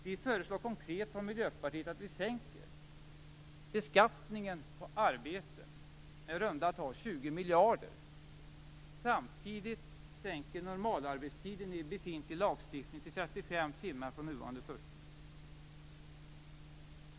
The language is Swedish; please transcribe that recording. Vi i Miljöpartiet föreslår konkret att man sänker beskattningen på arbete med i runda tal 20 miljarder och samtidigt sänker normalarbetstiden i befintlig lagstiftning till 35 timmar från nuvarande 40.